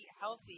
healthy